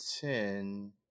ten